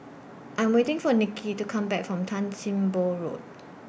I'm waiting For Nikki to Come Back from Tan SIM Boh Road